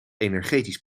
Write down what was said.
energetisch